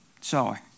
Sorry